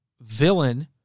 villain